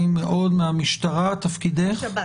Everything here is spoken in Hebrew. מהשב"ס,